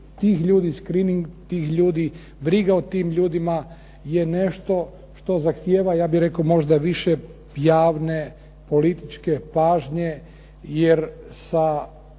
tih ljudi, screening tih ljudi, briga o tim ljudima je nešto što zahtijeva ja bih rekao možda više javne, političke pažnje, jer sa